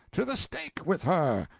to the stake with her!